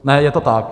Ne, je to tak.